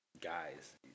Guys